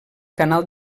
canal